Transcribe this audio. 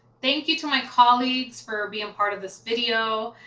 thank you to my colleagues for being part of this video.